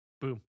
Boom